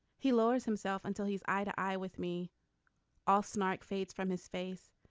he lowers himself until he's eye to eye with me all snark fades from his face.